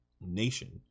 nation